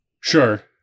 Sure